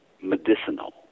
medicinal